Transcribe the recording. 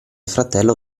fratello